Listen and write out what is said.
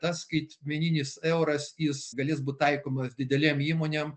tas skaitmeninis euras jis galės būt taikomas didelėm įmonėm